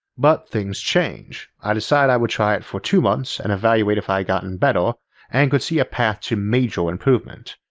but things change. i decided i would try it for two months and evaluate if i'd gotten better and could see a path to major improvement,